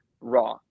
raw